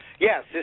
Yes